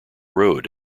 rode